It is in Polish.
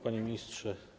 Panie Ministrze!